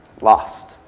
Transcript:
lost